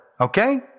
okay